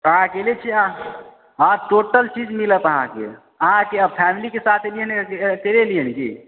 अहाँ अकेले छियै अहाँ हँ टोटल चीज मिलत अहाँके अहाँ के फैमिलीके साथ अयलियै हन की अकेले अयलियै हन की